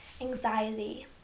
anxiety